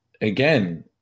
again